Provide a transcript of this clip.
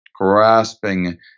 grasping